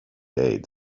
aid